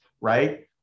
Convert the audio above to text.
right